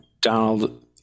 Donald